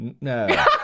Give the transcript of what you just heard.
No